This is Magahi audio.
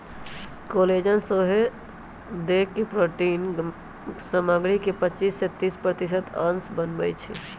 कोलेजन सौसे देह के प्रोटिन सामग्री के पचिस से तीस प्रतिशत अंश बनबइ छइ